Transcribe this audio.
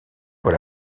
pour